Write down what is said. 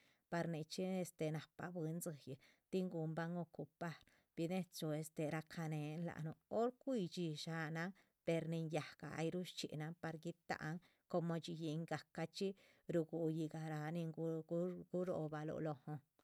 Par nichi este napa bwin dxilli, tin gunban ocupar, binechu racanen lanú hor cui dxi'i shanan, per nin yaga airu dxchinan par guita'an coma dxillin gacachi rugui'i gará nin gurobalu lo'on.